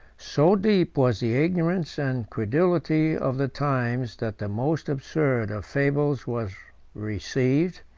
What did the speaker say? so deep was the ignorance and credulity of the times, that the most absurd of fables was received,